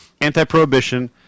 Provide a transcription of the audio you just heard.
anti-prohibition